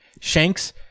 Shanks